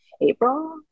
April